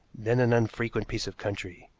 then an unfrequented piece of country,